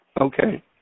Okay